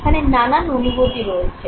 এখানে নানান অনুভূতি রয়েছে